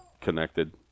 connected